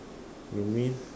you mean